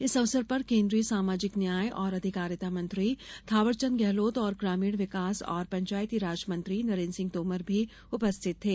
इस अवसर पर केन्द्रीय सामाजिक न्याय और अधिकारिता मंत्री थांवरचन्द्र गेहलोत और ग्रामीण विकास और पंचायतीराज मंत्री नरेन्द्र सिंह तोमर भी उपस्थित थे